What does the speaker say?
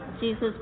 Jesus